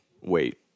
wait